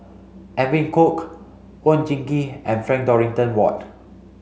Edwin Koek Oon Jin Gee and Frank Dorrington Ward